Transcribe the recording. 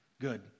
good